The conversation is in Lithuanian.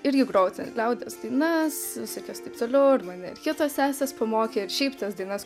irgi grojau ten liaudies dainas visokias taip toliau ir mane ir kitos sesės pamokė ir šiaip tas dainas